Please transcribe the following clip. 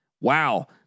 Wow